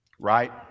Right